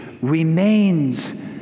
remains